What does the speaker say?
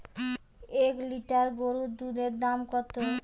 এক লিটার গোরুর দুধের দাম কত?